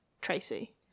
tracy